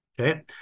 Okay